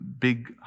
big